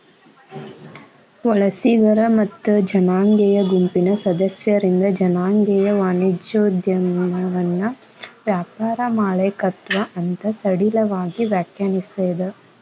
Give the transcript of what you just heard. ವಲಸಿಗರ ಮತ್ತ ಜನಾಂಗೇಯ ಗುಂಪಿನ್ ಸದಸ್ಯರಿಂದ್ ಜನಾಂಗೇಯ ವಾಣಿಜ್ಯೋದ್ಯಮವನ್ನ ವ್ಯಾಪಾರ ಮಾಲೇಕತ್ವ ಅಂತ್ ಸಡಿಲವಾಗಿ ವ್ಯಾಖ್ಯಾನಿಸೇದ್